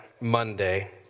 Monday